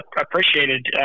appreciated